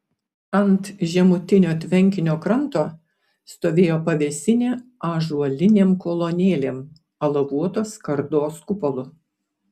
ant žemutinio tvenkinio kranto stovėjo pavėsinė ąžuolinėm kolonėlėm alavuotos skardos kupolu